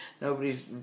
nobody's